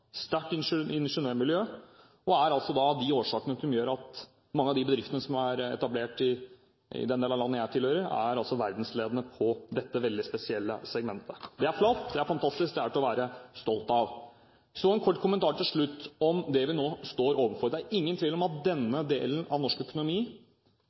er altså årsakene til at mange av de bedriftene som er etablert i den delen av landet jeg tilhører, er verdensledende innen dette veldig spesielle segmentet. Det er flott, det er fantastisk, det er til å være stolt av. Så til slutt en kort kommentar om det vi nå står overfor. Det er ingen tvil om at